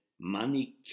money